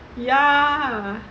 ya